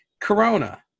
Corona